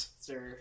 sir